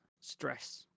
stress